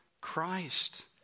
Christ